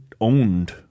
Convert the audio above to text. owned